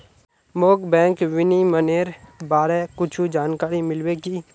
मोक बैंक विनियमनेर बारे कुछु जानकारी मिल्बे की